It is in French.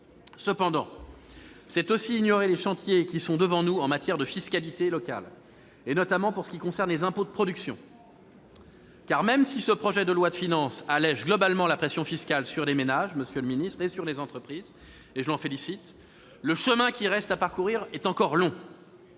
Cependant, c'est aussi ignorer les chantiers qui sont devant nous en matière de fiscalité locale, notamment pour ce qui concerne les impôts de production. En effet, même si ce projet de loi de finances allège globalement la pression fiscale sur les ménages et sur les entreprises, le chemin qui reste à parcourir est encore long.